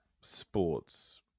sports